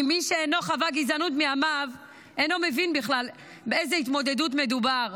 כי מי שלא חווה גזענות מימיו לא מבין בכלל באיזו התמודדות מדובר,